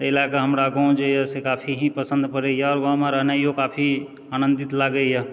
तैँ लए कऽ हमरा गाँव जे यऽ से काफी ही पसन्द पड़ैए गाँवमे रहनाइयो काफी आनन्दित लागैए